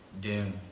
doom